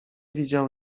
widział